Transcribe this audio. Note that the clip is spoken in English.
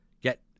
get